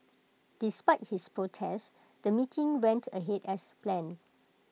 despite his protest the meeting went ahead as planned